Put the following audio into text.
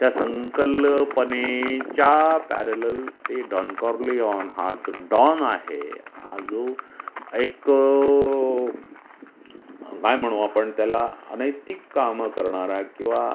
त्या संकलपनेच्या पॅरलल ते डॉन कार्लीऑन हा ज डॉन आहे हा जो एक काय म्हणू आपण त्याला अनैतिक कामं करणारा किंवा